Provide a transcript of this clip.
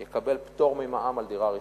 יקבל פטור ממע"מ על דירה ראשונה,